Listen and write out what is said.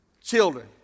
children